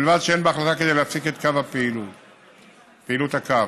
ובלבד שאין בהחלטה כדי להפסיק את פעילות הקו.